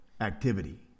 activity